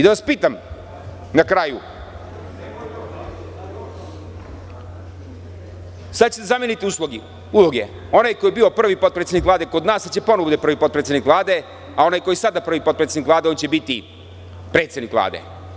Da vas pitam na kraju, sada ćete zameniti uloge, onaj ko je bio prvi potpredsednik Vlade kod nas sada će ponovo da bude prvi potpredsednik Vlade, a onaj koji je sada prvi potpredsednik Vlade on će biti predsednik Vlade.